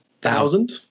Thousand